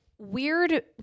Weird